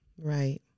Right